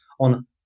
on